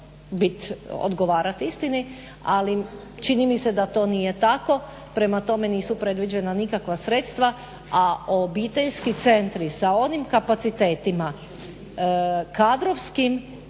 moglo odgovarati istini. Ali, čini mi se da to nije tako. Prema tome, nisu predviđena nikakva sredstva, a obiteljski centri sa onim kapacitetima kadrovskim,